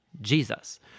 Jesus